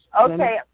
okay